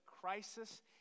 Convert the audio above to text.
crisis